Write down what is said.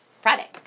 Friday